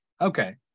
Okay